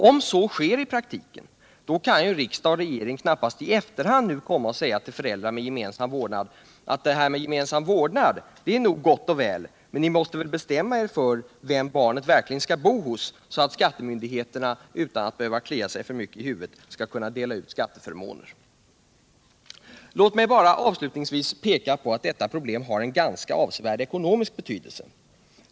Om så sker i praktiken kan riksdag eller regering knappast i efterhand komma och säga till föräldrar med gemensam vårdnad att detta med den gemensamma vårdnaden är nog gott och väl, men ni måste väl bestämma er för vem barnet verkligen skall bo hos, så att skattemyndigheterna utan att behöva klia sig alltför mycket i huvudet på ett rättvist sätt skall kunna dela ut skatteförmåner! Låt mig bara avslutningsvis peka på att detta problem har en ganska avsevärd ekonomisk betydelse.